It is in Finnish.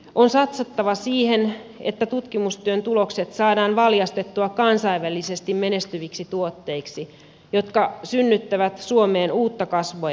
on satsattava siihen että tutkimustyön tulokset saadaan valjastettua kansainvälisesti menestyviksi tuotteiksi jotka synnyttävät suomeen uutta kasvua ja työtä